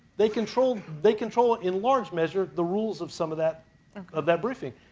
they control they control in large measure the rules of some of that of that briefing.